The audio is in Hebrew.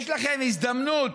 יש לכם הזדמנות